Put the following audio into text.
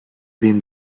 been